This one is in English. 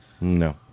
No